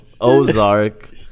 Ozark